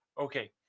Okay